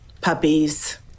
puppies